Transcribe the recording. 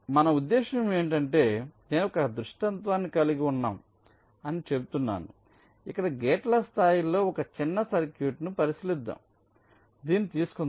మన ఉద్దేశ్యం ఏమిటంటే నేను ఒక దృష్టాంతాన్ని కలిగి ఉన్నాం అని చెబుతున్నాను ఇక్కడ గేట్ల స్థాయిలో ఒక చిన్న సర్క్యూట్ను పరిశీలిద్దాం దీనిని తీసుకుందాం